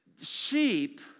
sheep